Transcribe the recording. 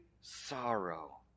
sorrow